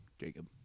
Jacob